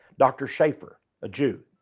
dr. schafer, a jew.